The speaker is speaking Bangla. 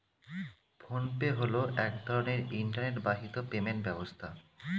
ফোন পে হলো এক ধরনের ইন্টারনেট বাহিত পেমেন্ট ব্যবস্থা